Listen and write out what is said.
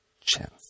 chance